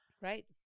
right